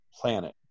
planet